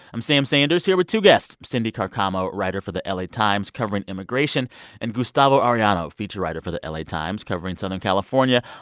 i'm sam sanders, here with two guests cindy carcamo, writer for the la times covering immigration and gustavo arellano, feature writer for the la times covering southern california.